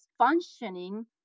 functioning